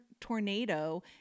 tornado